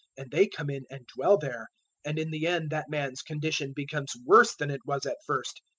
and they come in and dwell there and in the end that man's condition becomes worse than it was at first.